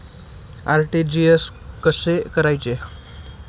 RTGS कसे करायचे?